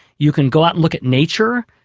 you can go out and look at nature,